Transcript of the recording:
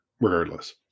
regardless